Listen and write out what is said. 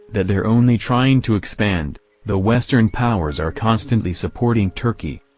that they're only trying to expand the western powers are constantly supporting turkey.